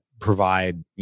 provide